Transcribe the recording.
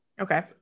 Okay